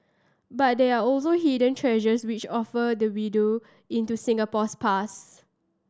but there are also hidden treasures which offer the window into Singapore's past